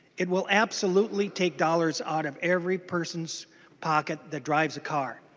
it will absolutely take dollars out of every persons pocket that drives a car.